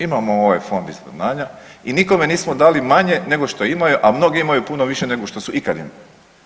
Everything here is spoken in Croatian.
Imamo ovaj Fond izravnanja i nikome nismo dali manje nego što imaju, a mnogi imaju puno više nego što su ikad imali.